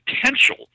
potential